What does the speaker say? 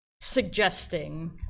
suggesting